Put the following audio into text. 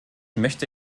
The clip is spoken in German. möchte